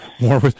more